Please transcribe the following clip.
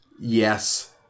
Yes